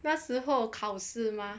那时候考试吗